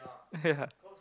ya